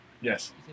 Yes